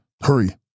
Hurry